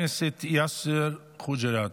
חבר הכנסת יאסר חוג'יראת,